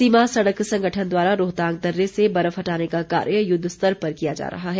सीमा सड़क संगठन द्वारा रोहतांग दर्रे से बर्फ हटाने का कार्य युद्ध स्तर पर किया जा रहा है